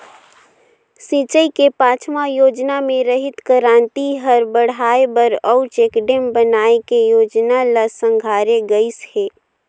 सिंचई के पाँचवा योजना मे हरित करांति हर बड़हाए बर अउ चेकडेम बनाए के जोजना ल संघारे गइस हे